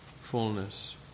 fullness